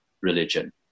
religion